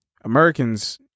Americans